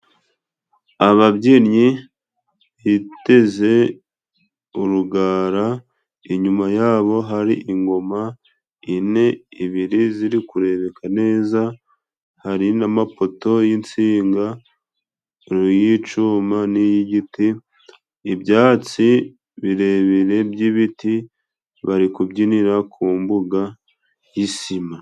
Ababyinnyi biteze urugara, inyuma yabo hari ingoma enye, ebyiri ziri kurebeka neza, hari n'amapoto y'insinga y'icyuma, nay'igiti . Ibyatsi birebire by'ibiti, bari kubyinira ku mbuga y'isima.